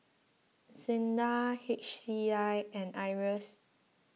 Sinda H C I and Iras